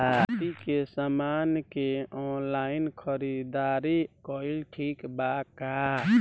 खेती के समान के ऑनलाइन खरीदारी कइल ठीक बा का?